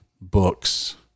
books